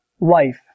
life